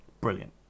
brilliant